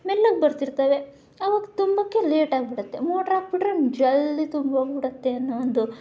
ಮೆಲ್ಲಗೆ ಬರ್ತಿರ್ತಾವೆ ಆವಾಗ ತುಂಬೋಕೆ ಲೇಟ್ ಆಗಿಬಿಡುತ್ತೆ ಮೋಟಾರ್ ಹಾಕಿಬಿಟ್ರೆ ಜಲ್ದಿ ತುಂಬೋಗ್ಬಿಡುತ್ತೆ ಅನ್ನೋ ಒಂದು